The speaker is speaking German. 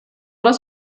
das